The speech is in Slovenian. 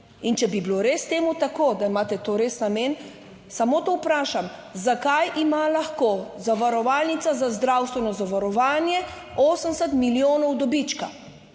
in če bi bilo res temu tako, da imate to res namen, samo to vprašam, zakaj ima lahko zavarovalnica za zdravstveno zavarovanje 80 milijonov dobička,